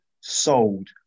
sold